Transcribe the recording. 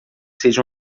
seja